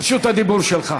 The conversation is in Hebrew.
רשות הדיבור שלך.